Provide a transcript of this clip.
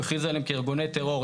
הוא הכריז עליהם כארגוני טרור.